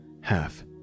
half